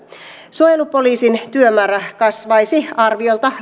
suojelupoliisin työmäärä kasvaisi arviolta